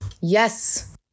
Yes